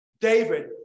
David